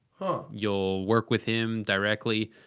you'll work with him directly,